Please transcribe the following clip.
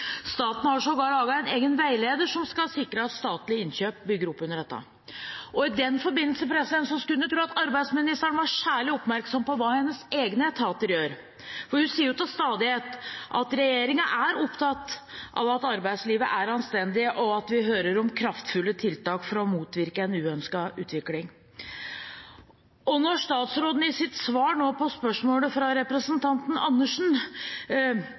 Staten har sågar laget en egen veileder som skal sikre at statlige innkjøp bygger opp under dette. I den forbindelse skulle en tro at arbeidsministeren var særlig oppmerksom på hva hennes egne etater gjør, for hun sier til stadighet at regjeringen er opptatt av at arbeidslivet er anstendig, og vi hører om kraftfulle tiltak for å motvirke en uønsket utvikling. Når statsråden i sitt svar på spørsmålet fra representanten Andersen